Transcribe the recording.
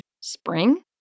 Spring